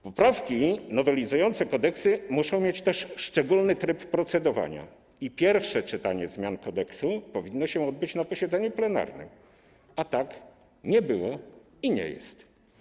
Poprawki nowelizujące kodeksy muszą mieć też szczególny tryb procedowania i pierwsze czytanie zmian kodeksu powinno się odbyć na posiedzeniu plenarnym, a tak nie było i nie jest.